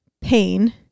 pain